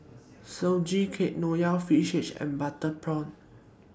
Sugee Cake Nonya Fish Head and Butter Prawn